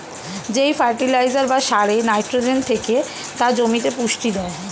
যেই ফার্টিলাইজার বা সারে নাইট্রোজেন থেকে তা জমিতে পুষ্টি দেয়